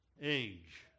age